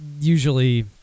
usually